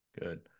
Good